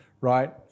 right